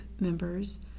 members